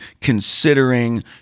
considering